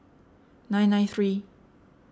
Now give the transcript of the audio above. nine nine three